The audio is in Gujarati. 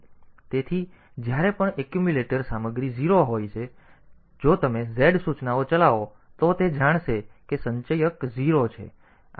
તેથી જ્યારે પણ એક્યુમ્યુલેટર સામગ્રી 0 હોય તેથી જો તમે z સૂચનાઓ ચલાવો તો તે જાણશે કે સંચયક 0 છે